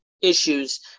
issues